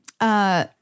Uh-